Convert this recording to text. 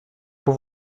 pour